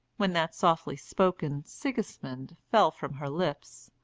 when that softly spoken sigismund fell from her lips,